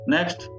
Next